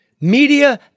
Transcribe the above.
Media